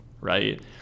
right